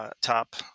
top